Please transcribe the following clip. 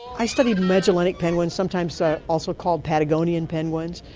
i study magellanic penguins, sometimes so also called patagonian penguins,